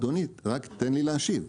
אדוני, תן לי להשיב.